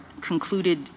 concluded